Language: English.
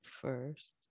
first